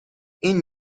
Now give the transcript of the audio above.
این